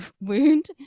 wound